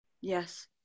Yes